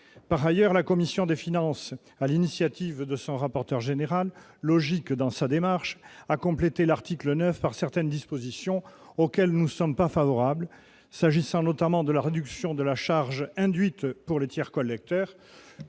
Par ailleurs, la commission des finances, sur l'initiative de son rapporteur général, dont la démarche est logique, a complété l'article 9 par certaines dispositions auxquelles nous ne sommes pas favorables, s'agissant notamment de la réduction de la charge induite pour le tiers collecteur.